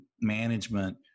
management